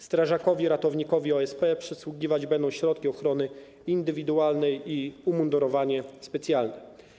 Strażakowi ratownikowi OSP przysługiwać będą środki ochrony indywidualnej i umundurowanie specjalne.